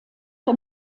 der